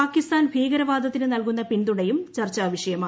പാകിസ്ഥാൻ ഭീകരവാദത്തിന് നൽകുന്ന പിന്തുണയും ചർച്ചാ വിഷയമായി